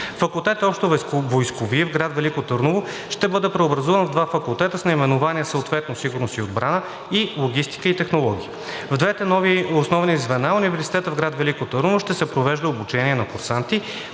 Факултет „Общовойскови“ в град Велико Търново ще бъде преобразуван в два факултета с наименования, съответно „Сигурност и отбрана“ и „Логистика и технологии“. В двете нови основни звена на университета в град Велико Търново ще се провежда обучение на курсанти